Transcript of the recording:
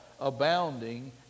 abounding